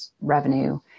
revenue